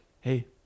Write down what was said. hey